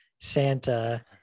Santa